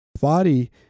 body